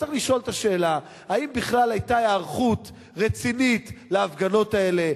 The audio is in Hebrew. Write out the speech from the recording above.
צריך לשאול את השאלה: האם בכלל היתה היערכות רצינית להפגנות האלה,